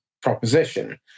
proposition